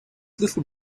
little